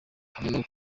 hamwe